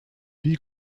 wie